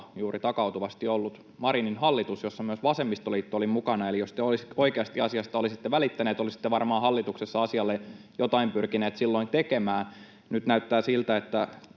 juuri takautuvasti ollut Marinin hallitus, jossa myös vasemmistoliitto oli mukana. Eli jos te oikeasti asiasta olisitte välittäneet, olisitte varmaan hallituksessa asialle jotain pyrkineet silloin tekemään. Nyt näyttää siltä, että